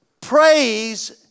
praise